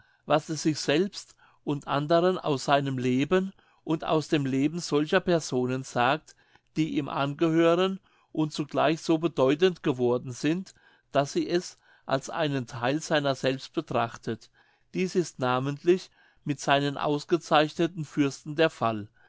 was es sich selbst und anderen aus seinem leben und aus dem leben solcher personen sagt die ihm angehören und zugleich so bedeutend geworden sind daß es sie als einen theil seiner selbst betrachtet dies ist namentlich mit seinen ausgezeichneten fürsten der fall